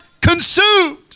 consumed